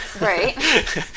right